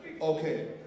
Okay